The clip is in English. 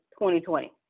2020